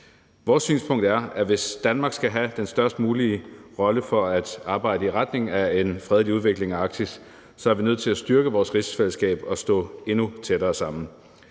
Vores synspunkt er, at hvis Danmark skal have den størst mulige rolle i at arbejde i retning af en fredelig udvikling i Arktis, er vi nødt til at styrke vores rigsfællesskab og stå endnu tættere sammen.